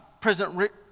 President